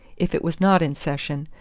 if it was not in session,